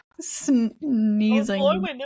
Sneezing